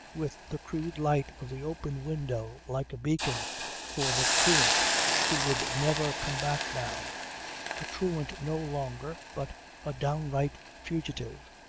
with the crude light of the open window like a beacon for the truant who would never come back now a truant no longer but a downright fugitive.